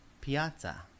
Piazza